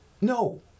No